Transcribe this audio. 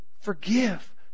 Forgive